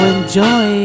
Enjoy